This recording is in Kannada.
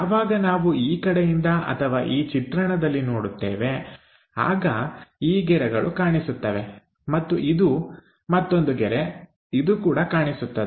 ಯಾವಾಗ ನಾವು ಈ ಕಡೆಯಿಂದ ಅಥವಾ ಈ ಚಿತ್ರಣದಲ್ಲಿ ನೋಡುತ್ತೇವೆ ಆಗ ಈ ಗೆರೆಗಳು ಕಾಣಿಸುತ್ತವೆ ಮತ್ತು ಇದು ಮತ್ತೊಂದು ಗೆರೆ ಇದು ಕೂಡ ಕಾಣಿಸುತ್ತದೆ